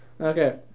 Okay